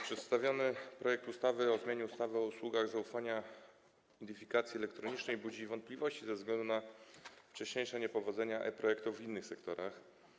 Przedstawiony projekt ustawy o zmianie ustawy o usługach zaufania oraz identyfikacji elektronicznej budzi wątpliwości ze względu na wcześniejsze niepowodzenia e-projektów w innych sektorach.